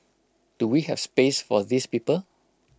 do we have space for these people